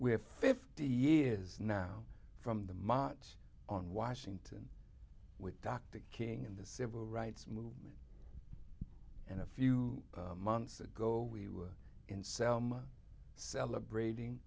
have fifty years now from the mont on washington with dr king and the civil rights movement and a few months ago we were in selma celebrating